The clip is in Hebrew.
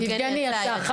יבגני יצא?